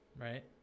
right